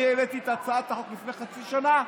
אני העליתי את הצעת החוק לפני חצי שנה,